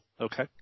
Okay